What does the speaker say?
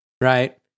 right